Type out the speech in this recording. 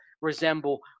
resemble